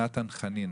נתן חנינה.